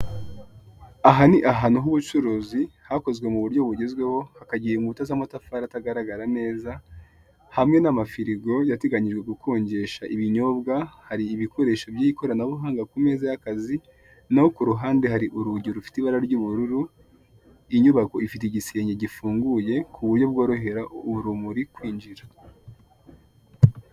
Aha ni ahantu h'ubucuruzi hakozwe ku buryo bugezweho hakagira inkuta z'amatafari atagaragara neza hamwe n'amafirigo yateganyijwe gukonjesha ibinyobwa, hari ibikoresho by'ikoranabuhanga ku meza y'akazi, naho ku ruhande hari urugi rufite ibara ry'ubururu inyubako ifite igisenge gifunguye ku buryo bworohera urumuri kwinjira.